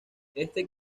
este